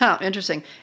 interesting